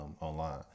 online